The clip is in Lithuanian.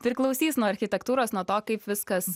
priklausys nuo architektūros nuo to kaip viskas